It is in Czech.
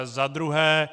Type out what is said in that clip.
Za druhé.